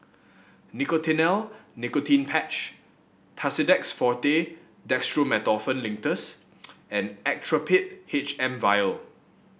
Nicotinell Nicotine Patch Tussidex Forte Dextromethorphan Linctus and Actrapid H M vial